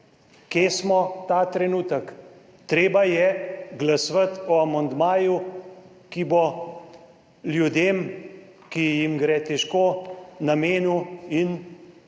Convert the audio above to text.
Kje smo ta trenutek? Treba je glasovati o amandmaju, ki bo ljudem, ki jim gre težko, namenil in vrnil